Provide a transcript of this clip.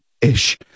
ish